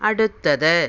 അടുത്തത്